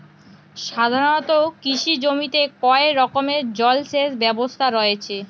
সাধারণত কৃষি জমিতে কয় রকমের জল সেচ ব্যবস্থা রয়েছে?